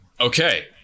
Okay